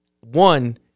one